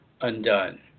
undone